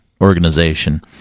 organization